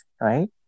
right